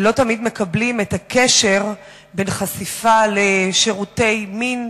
ולא תמיד מקבלים את הקשר בין חשיפה לשירותי מין,